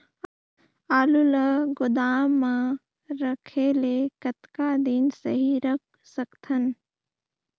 आलू ल गोदाम म रखे ले कतका दिन सही रख सकथन?